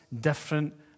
different